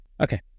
Okay